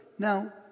Now